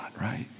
right